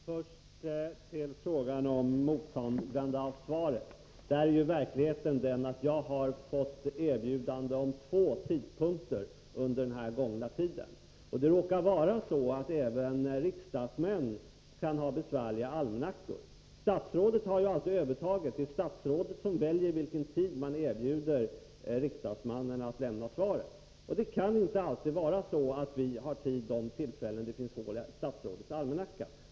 Fru talman! Först till frågan om mottagandet av svaret. Verkligheten är den att jag har fått erbjudande om två tidpunkter under den gångna tiden. Det råkar vara så att även riksdagsmän kan ha besvär med sina almanackor. Statsrådet har ju alltid övertaget, det är statsrådet som väljer vilken tid man skall erbjuda riksdagsmannen att ta emot svaret. Det kan inte alltid vara så att vi har tid vid de tillfällen det finns hål i statsrådets almanacka.